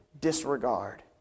disregard